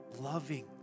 loving